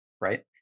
right